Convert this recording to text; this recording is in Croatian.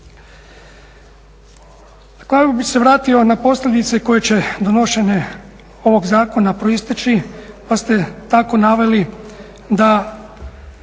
Na kraju bih se vratio na posljedice koje će donošenje ovog zakona proisteći pa ste tako naveli da